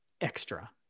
extra